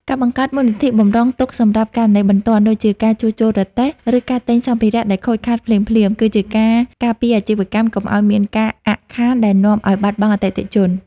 ការបង្កើតមូលនិធិបម្រុងទុកសម្រាប់ករណីបន្ទាន់ ដូចជាការជួសជុលរទេះ ឬការទិញសម្ភារៈដែលខូចខាតភ្លាមៗ គឺជាការការពារអាជីវកម្មកុំឱ្យមានការអាក់ខានដែលនាំឱ្យបាត់បង់អតិថិជន។